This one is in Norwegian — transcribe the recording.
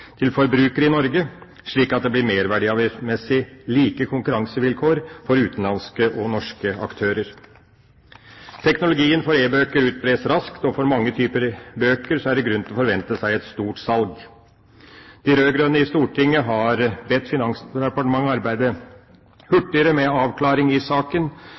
til forbrukere i Norge, slik at det merverdimessig blir like konkurransevilkår for utenlandske og norske aktører. Teknologien for e-bøker utbres raskt, og for mange type bøker er det grunn til å forvente et stort salg. De rød-grønne i Stortinget har bedt Finansdepartementet arbeide hurtigere med en avklaring i saken.